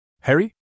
Harry